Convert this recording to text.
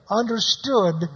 understood